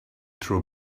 throw